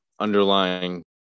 underlying